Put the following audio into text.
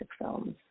films